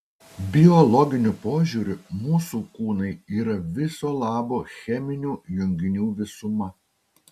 biologiniu požiūriu mūsų kūnai yra viso labo cheminių junginių visuma